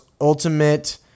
ultimate